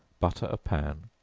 butter a pan,